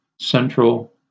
central